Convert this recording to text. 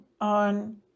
on